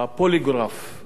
זה גלאי האמת